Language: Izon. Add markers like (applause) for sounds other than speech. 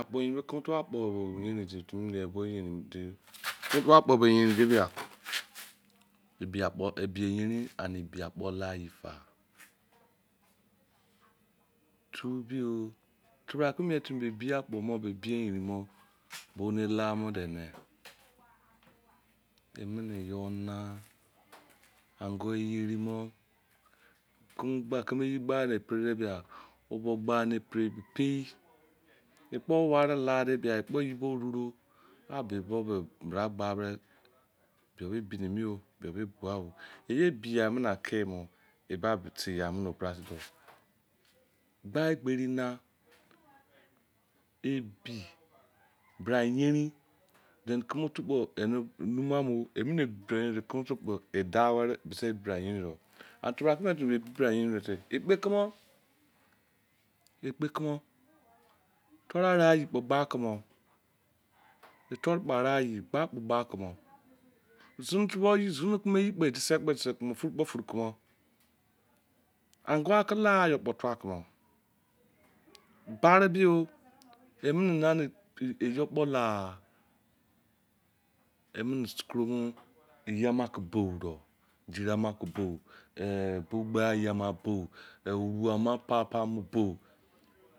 Akpo yerin bo keme toba akpo o (noise) keme tobo akpo yerni de ebi yerin an ebi akpo layefa tu biyo. tebrake mien timi ebi akpo ebi yerin mo bonu la mo de ne ke me ne iyo nau ongu yero mu keme iye gba ne pre o bo gba pre pei ekpo ware la edi bia ekpo ye bo roro a be bo be mirl gba bra be bebi yo be be ebuah ye be ye me na ke eba ten ya mone. Ba egberi nau ebi bra yerui then komo otu kpo numu ma enene pre ti kpo edau ware mese bra yerin ro an tebra ke mien timi ebi bra yerin ne se ekpo kumu toro area ye kpo gba komo, toro ke area kpo area ye gba komo zine tobo zine keme ye kpo edese kpo dese komo furu kpo furu komo ongu kela yo kpo tuwa komo bare be emu na ne iye kpo la emene serunw iyo ma ke bo do chiri ama kpo bo eh bo gbe ye bo eh wuru am pa pa mo bo.